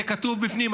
זה כתוב בפנים.